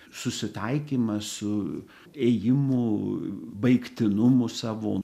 susitaikymas su ėjimu baigtinumu savo